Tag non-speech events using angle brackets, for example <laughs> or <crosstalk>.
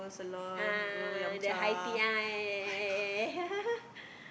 ah ah ah the high tea ah ya ya ya ya ya <laughs>